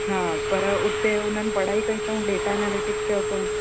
हा पर उते उन्हनि पढ़ाई कई अथऊं डेटा एनालिटिक्स कयो अथऊं